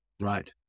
Right